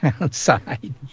outside